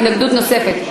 התנגדות נוספת.